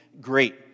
great